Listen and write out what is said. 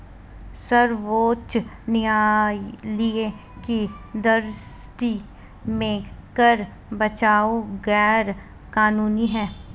सर्वोच्च न्यायालय की दृष्टि में कर बचाव गैर कानूनी है